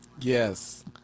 Yes